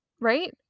right